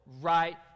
right